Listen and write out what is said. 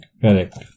Correct